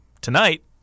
tonight